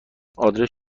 آدرس